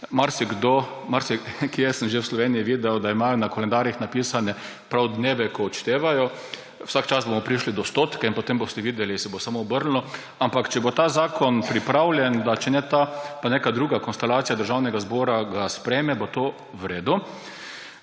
Marsikje sem že v Sloveniji videl, da imajo na koledarjih napisane prav dneve, ko odštevajo. Vsak čas bomo prišli do stotice in potem boste videli, se bo samo obrnilo. Če bo ta zakon pripravljen, če ga – če ne ta, pa neka druga – konstelacija Državnega zbora sprejme, bo to v redu.